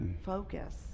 focus